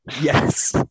Yes